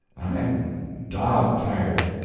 i'm dog-tired.